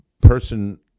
person